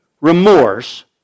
remorse